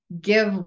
give